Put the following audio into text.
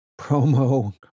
promo